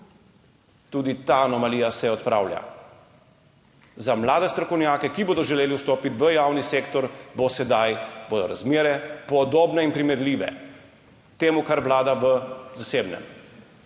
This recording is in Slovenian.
Tudi ta anomalija se odpravlja. Za mlade strokovnjake, ki bodo želeli vstopiti v javni sektor, bodo razmere podobne in primerljive temu, kar vlada v zasebnem.